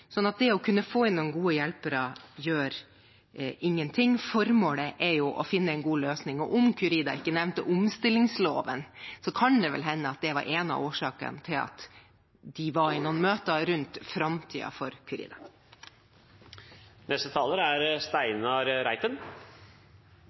det å få inn noen gode hjelpere gjør ingenting. Formålet er jo å finne en god løsning. Om Curida ikke nevnte omstillingsloven, kan det vel hende at det var en av årsakene til at de var i noen møter om framtiden for